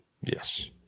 Yes